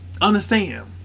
Understand